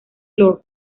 lord